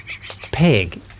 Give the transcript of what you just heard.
pig